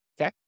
Okay